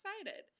excited